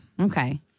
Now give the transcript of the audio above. Okay